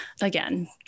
Again